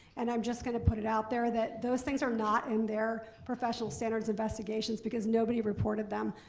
and i'm just gonna put it out there that those things are not in their professional standards investigations, because nobody reported them.